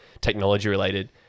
technology-related